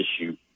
issue